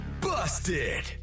busted